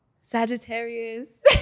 Sagittarius